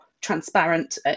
transparent